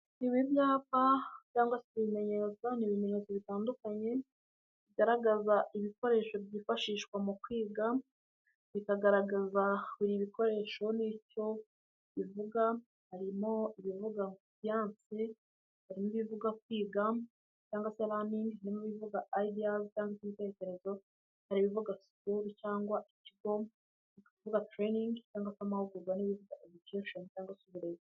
Ibi byapa cyangwa se ibimenyetso n'ibimenyetso bitandukanye bigaragaza ibikoresho byifashishwa mu kwiga, bikagaragaza ibikoresho n'icyo bivuga harimo ibivuga siyance, harimo ibivuga kwiga cyangwase raningi, harimo ibivuga ayidiya cyangwase ibitekerezo, harimo ibivuga sikuru cyangwa ikigo, harimo ibivuga tereyiningi cyangwa amahugurwa, ni ibivuga egukesheni cyangwa uburezi.